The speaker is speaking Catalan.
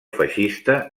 feixista